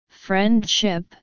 friendship